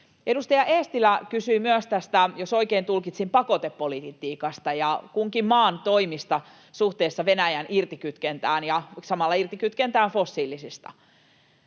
Edustaja Eestilä kysyi myös, jos oikein tulkitsin, pakotepolitiikasta ja kunkin maan toimista suhteessa Venäjän irtikytkentään ja samalla irtikytkentään fossiilisista.